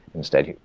instead,